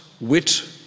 wit